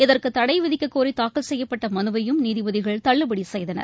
இதற்கு தடை விதிக்கக் கோரி தாக்கல் செய்யப்பட்ட மனுவையும் நீதிபதிகள் தள்ளுபடி செய்தனர்